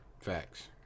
Facts